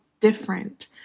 Different